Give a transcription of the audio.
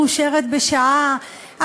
מאושרת בשעה",